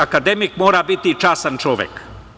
Akademik mora biti častan čovek.